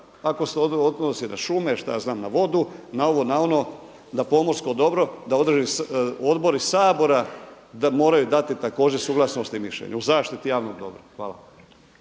ako se to odnosi na šume, šta ja znam na vodu, na ovo, na ono, na pomorsko dobro, da određeni odbori Sabora da moraju dati također suglasnost i mišljenje u zaštiti javnog dobra. Hvala.